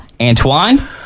Antoine